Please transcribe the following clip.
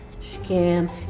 scam